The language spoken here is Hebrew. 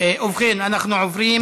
אנו עוברים